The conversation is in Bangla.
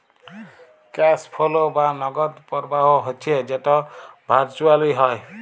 ক্যাশ ফোলো বা নগদ পরবাহ হচ্যে যেট ভারচুয়েলি হ্যয়